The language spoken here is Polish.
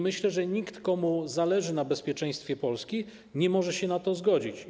Myślę, że nikt, komu zależy na bezpieczeństwie Polski, nie może się na to zgodzić.